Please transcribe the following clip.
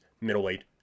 middleweight